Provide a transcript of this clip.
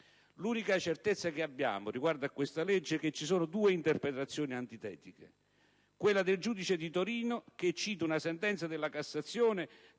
L'unica certezza che abbiamo riguardo a questa legge è che ci sono due interpretazioni antitetiche: quella del giudice di Torino, che cita una sentenza della Cassazione,